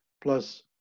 plus